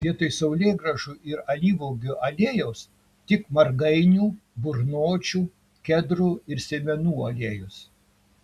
vietoj saulėgrąžų ir alyvuogių aliejaus tik margainių burnočių kedrų ir sėmenų aliejus